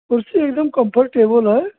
कुर्सी एक दम कम्फर्टेबल है